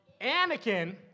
Anakin